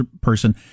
person